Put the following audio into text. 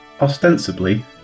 ostensibly